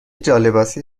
جالباسی